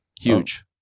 huge